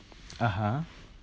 (uh huh)